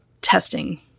testing